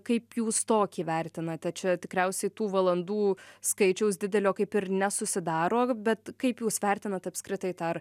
kaip jūs tokį vertinate čia tikriausiai tų valandų skaičiaus didelio kaip ir nesusidaro bet kaip jūs vertinat apskritai tą ar